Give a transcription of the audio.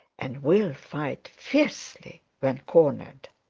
and will fight fiercely when cornered.